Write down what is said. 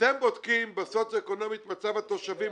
בודקים בסוציואקונומי את מצב התושבים,